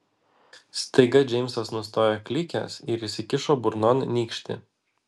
staiga džeimsas nustojo klykęs ir įsikišo burnon nykštį